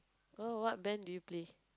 oh what band do you play